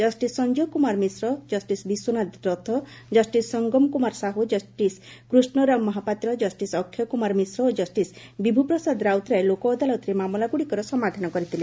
ଜଷିସ ସଞ୍ଞୟ କୁମାର ମିଶ୍ର ଜଷିସ ବିଶ୍ୱନାଥ ରଥ ଜଷିସ ସଙ୍ଗମ କୁମାର ସାହୁ ଜଷିସ କୃଷରାମ ମହାପାତ୍ର ଜଷ୍ଟିସ ଅକ୍ଷୟ କୁମାର ମିଶ୍ର ଓ ଜଷ୍ଟିସ ବିଭ୍ରପ୍ରସାଦ ରାଉତରାୟ ଲୋକ ଅଦାଲତରେ ମାମଲାଗୁଡିକର ସମାଧାନ କରିଥିଲେ